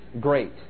great